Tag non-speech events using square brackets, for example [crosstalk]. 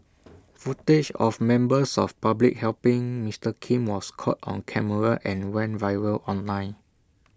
[noise] footage of members of public helping Mister Kim was caught on camera and went viral online